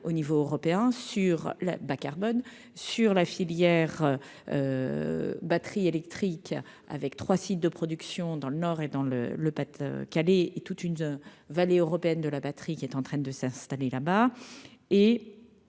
sur la bas carbone sur la filière batterie électrique avec 3 sites de production dans le nord et dans le le qui allait et toute une vallée européenne de la batterie qui est en train de s'installer là-bas